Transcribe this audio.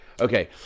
Okay